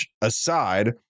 aside